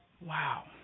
Wow